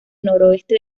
noroeste